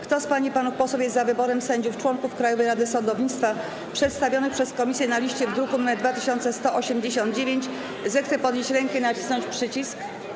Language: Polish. Kto z pań i panów posłów jest za wyborem sędziów członków Krajowej Rady Sądownictwa przedstawionych przez komisję na liście w druku nr 2189, zechce podnieść rękę i nacisnąć przycisk.